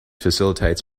facilitates